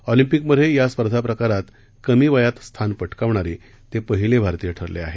Olympic मधे या स्पर्धा प्रकारात कमी वयात स्थान पटकावणारे ते पहिले भारतीय ठरले आहेत